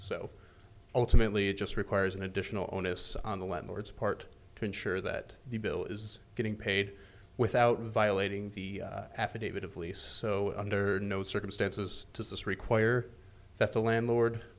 so ultimately it just requires an additional onus on the landlords part to ensure that the bill is getting paid without violating the affidavit of lease so under no circumstances does this require that the landlord